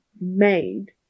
made